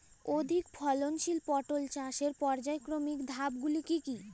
অধিক ফলনশীল পটল চাষের পর্যায়ক্রমিক ধাপগুলি কি কি?